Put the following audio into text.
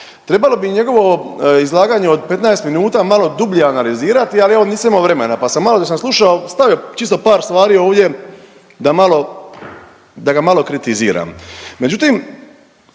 Trebalo bi njegovo izlaganje od 15 minuta malo dublje analizirati ali evo nisam imao vremena pa sam malo dok sam slušao stavio čisto par stvari ovdje da malo, da ga malo kritiziram.